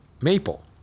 maple